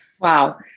Wow